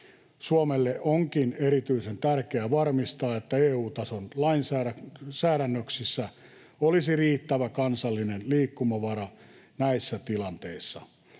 Suomelle onkin erityisen tärkeää varmistaa, että EU-tason lainsäädännössä olisi riittävä kansallinen liikkumavara näissä tilanteissa.